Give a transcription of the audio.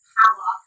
power